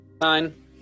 Nine